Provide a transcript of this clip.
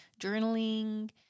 journaling